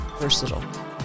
versatile